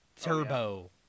Turbo